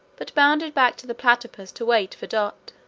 but bounded back to the platypus to wait for dot.